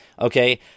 okay